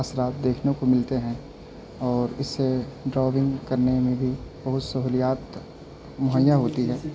اثرات دیکھنے کو ملتے ہیں اور اس سے ڈراونگ کرنے میں بھی بہت سہولیات مہیا ہوتی ہے